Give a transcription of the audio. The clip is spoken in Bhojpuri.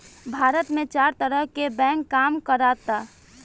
भारत में चार तरह के बैंक काम करऽता